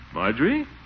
Marjorie